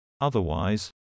Otherwise